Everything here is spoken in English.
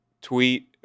tweet